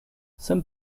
some